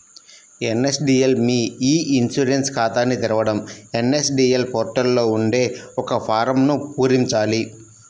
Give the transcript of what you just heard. NSDL మీ e insurance ఖాతాని తెరవడం ఎన్.ఎస్.డి.ఎల్ పోర్టల్ లో ఉండే ఒక ఫారమ్ను పూరించాలి